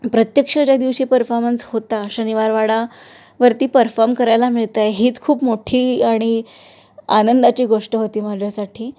प्रत्यक्ष ज्या दिवशी परफॉर्मन्स होता शनिवारवाडा वरती परफॉर्म करायला मिळत आहे हीच खूप मोठी आणि आनंदाची गोष्ट होती माझ्यासाठी